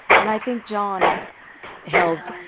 and i think john held.